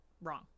Wrong